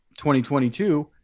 2022